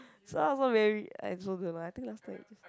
so I also very I also don't know I think last time